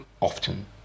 often